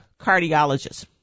cardiologist